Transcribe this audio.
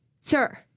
sir